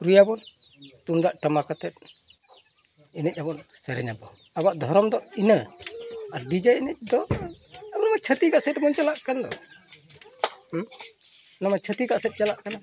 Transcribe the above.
ᱨᱩᱭᱟᱵᱚᱱ ᱛᱩᱢᱫᱟᱜ ᱴᱟᱢᱟᱠ ᱟᱛᱮᱫ ᱮᱱᱮᱡ ᱟᱵᱚᱱ ᱥᱮᱨᱮᱧᱟᱵᱚᱱ ᱟᱵᱚᱣᱟᱜ ᱫᱷᱚᱨᱚᱢ ᱫᱚ ᱤᱱᱟᱹ ᱟᱨ ᱰᱤᱡᱮ ᱮᱱᱮᱡ ᱫᱚ ᱚᱱᱟ ᱢᱟ ᱪᱷᱟᱹᱛᱤᱠᱟᱜ ᱥᱮᱫ ᱛᱮᱵᱚᱱ ᱪᱟᱞᱟᱜ ᱠᱟᱱ ᱫᱚ ᱦᱮᱸ ᱚᱱᱟ ᱢᱟ ᱪᱷᱟᱹᱛᱤᱠᱟᱜ ᱥᱮᱫ ᱪᱟᱞᱟᱜ ᱠᱟᱱᱟ